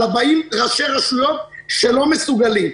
על 40 ראשי רשויות שלא מסוגלים.